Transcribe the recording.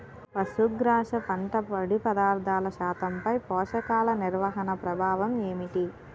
పశుగ్రాస పంట పొడి పదార్థాల శాతంపై పోషకాలు నిర్వహణ ప్రభావం ఏమిటి?